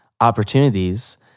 opportunities